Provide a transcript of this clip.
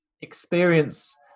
experience